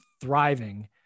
thriving